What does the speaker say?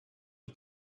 een